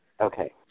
Okay